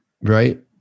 right